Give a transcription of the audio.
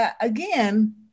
again